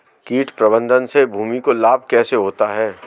कीट प्रबंधन से भूमि को लाभ कैसे होता है?